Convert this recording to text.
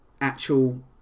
actual